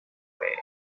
way